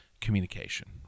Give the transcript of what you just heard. communication